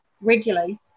regularly